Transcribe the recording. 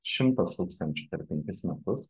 šimtas tūkstančių per penkis metus